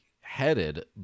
headed